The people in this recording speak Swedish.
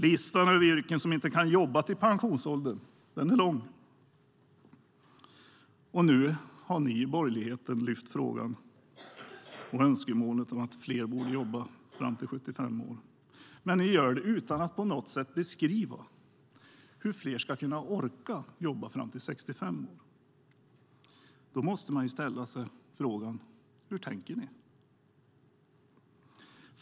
Listan över yrken där man inte kan jobba till pensionsåldern är lång. Nu har ni i borgerligheten lyft fram önskemålet att fler borde jobba fram till 75 år, men ni gör det utan att på något sätt beskriva hur fler ska kunna orka jobba till 65 år. Då måste man ställa sig frågan: Hur tänker ni?